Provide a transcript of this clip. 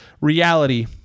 reality